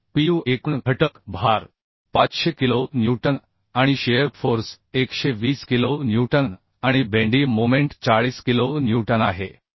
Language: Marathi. तर pu एकूण घटक भार 500 किलो न्यूटन आणि शिअर फोर्स 120 किलो न्यूटन आणि बेंडी मोमेंट 40 किलो न्यूटन आहे